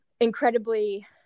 incredibly